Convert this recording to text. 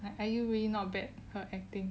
IU really not bad her acting